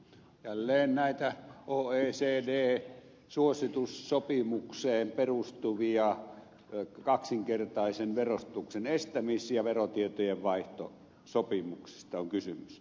jälleen on kysymys näistä oecd suositussopimukseen perustuvista kaksinkertaisen verotuksen estämis ja verotietojen vaihtosopimuksista